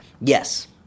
Yes